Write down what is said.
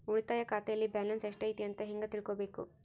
ಉಳಿತಾಯ ಖಾತೆಯಲ್ಲಿ ಬ್ಯಾಲೆನ್ಸ್ ಎಷ್ಟೈತಿ ಅಂತ ಹೆಂಗ ತಿಳ್ಕೊಬೇಕು?